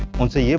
once the yeah